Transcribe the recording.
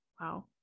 Wow